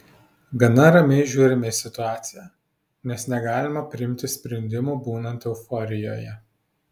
gana ramiai žiūrime į situaciją nes negalima priimti sprendimų būnant euforijoje